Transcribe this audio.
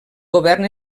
govern